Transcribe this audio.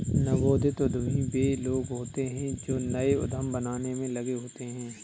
नवोदित उद्यमी वे लोग होते हैं जो नए उद्यम बनाने में लगे होते हैं